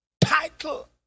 title